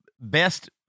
best